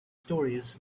stories